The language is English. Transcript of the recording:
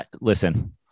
listen